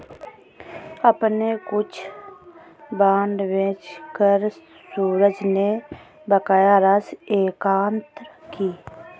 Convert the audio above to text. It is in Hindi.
अपने कुछ बांड बेचकर सूरज ने बकाया राशि एकत्र की